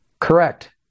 Correct